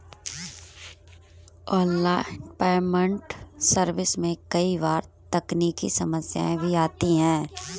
online payment service में कई बार तकनीकी समस्याएं भी आती है